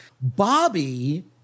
Bobby